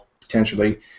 potentially